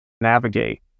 navigate